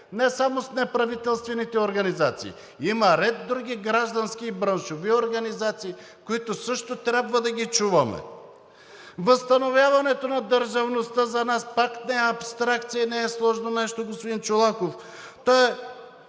не само с неправителствените организации – има ред други граждански и браншови организации, които също трябва да чуваме. Възстановяването на държавността за нас пак не е абстракция и не е сложно нещо, господин Чолаков,